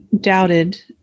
doubted